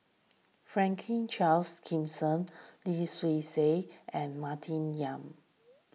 Franklin Charles Gimson Lim Swee Say and Martin Yan